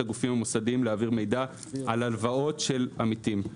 הגופים המוסדיים להעביר מידע על הלוואות של עמיתים.